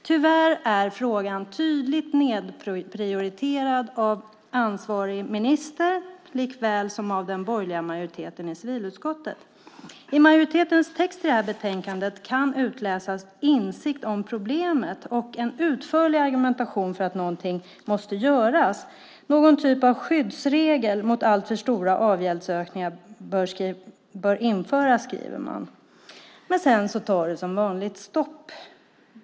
Tyvärr är frågan tydlig nedprioriterad av ansvarig minister likväl som av den borgerliga majoriteten i civilutskottet. I majoritetens text i betänkandet kan utläsas en insikt om problemet och en utförlig argumentation för att någonting måste göras. Någon typ av skyddsregel mot alltför stora avgäldsökningar bör införas, skriver man. Men sedan tar det som vanligt stopp.